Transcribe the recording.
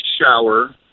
shower